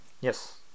Yes